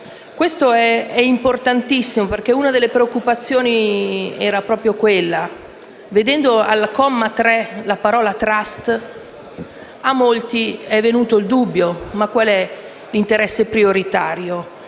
Ciò è importantissimo perché una delle preoccupazioni era propria quella. Vedendo al comma 3 la parola «*trust*», a molti è venuto un dubbio: qual è l'interesse prioritario?